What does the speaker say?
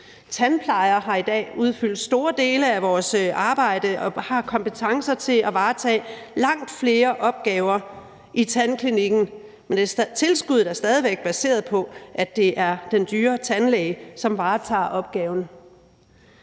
Tandplejere udfylder i dag store dele af arbejdet og har kompetencer til at varetage langt flere opgaver i tandklinikken, men tilskuddet er stadig væk baseret på, at det er den dyre tandlæge, som varetager opgaven.